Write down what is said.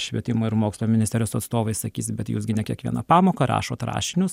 švietimo ir mokslo ministerijos atstovai sakys bet jūs gi ne kiekvieną pamoką rašot rašinius